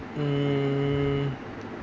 mm